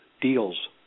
deals